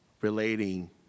relating